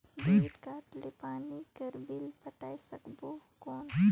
Debit card ले पानी कर बिल पटाय सकबो कौन?